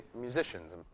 musicians